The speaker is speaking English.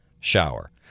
shower